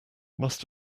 must